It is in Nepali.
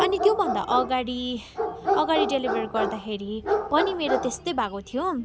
अनि त्योभन्दा अगाडि अगाडि डेलिभर गर्दाखेरि पनि मेरो त्यस्तै भएको थियो